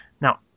Now